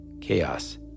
Chaos